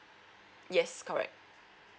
yes correct